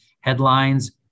headlines